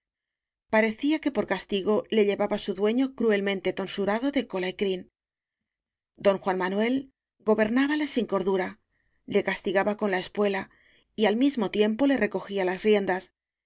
parecía que por castigo le llevaba su dueño cruelmente ton surado de cola v crin don juan manuel gobernábale sin cordura le castigaba con la espuela y al mismo tiempo le recogía las riendas